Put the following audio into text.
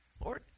Lord